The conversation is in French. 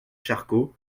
charcot